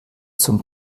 zum